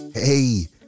Hey